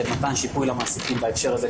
של מתן שיפוי למעסיקים בהקשר הזה,